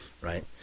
right